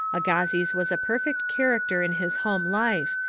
agassiz was a perfect character in his home life,